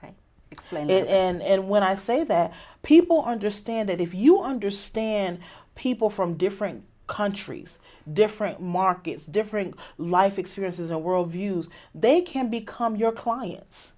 explained and when i say that people understand that if you understand people from different countries different markets different life experiences or worldviews they can become your clients